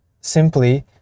simply